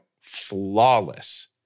flawless